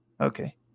Okay